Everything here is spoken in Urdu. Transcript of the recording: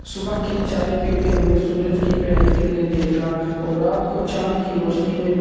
صبح کی چائے پیتے ہوئے سورج کی پہلی کرنیں دیکھنا اور رات کو چاند کی روشنی میں